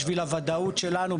בשביל הודאות שלנו,